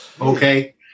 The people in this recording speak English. Okay